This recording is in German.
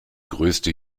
größte